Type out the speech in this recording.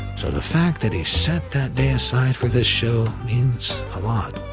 so the fact that he set that day aside for this show, means a lot.